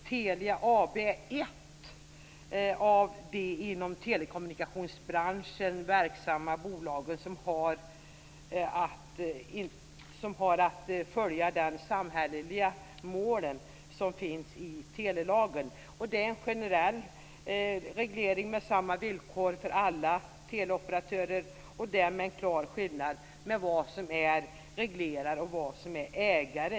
Telia AB är ett av de inom telekommunikationsbranschen verksamma bolag som har att följa de samhälleliga mål som finns i telelagen. Det är en generell reglering med samma villkor för alla teleoperatörer, och därmed finns det en klar skillnad mellan vem som är reglerare och vem som är ägare.